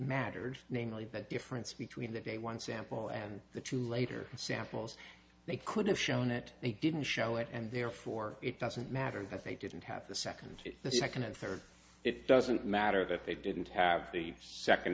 mattered namely the difference between the day one sample and the two later samples they could have shown it they didn't show it and therefore it doesn't matter that they didn't have the second the second and third it doesn't matter that they didn't have the second